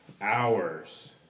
hours